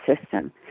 system